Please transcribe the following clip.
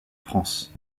france